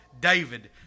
David